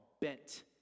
bent